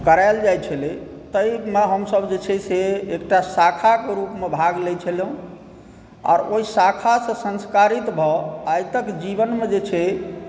करायल जाइ छलै ताहिमे हमसब जे छै से एकटा शाखाकेँ रुपमे भाग लै छलहुँ आ ओहि शाखा से संस्कारित भऽ आइ तक जीवनमे जे छै